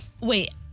Wait